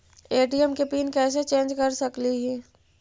ATM के PIN कैसे change कर सकली ही?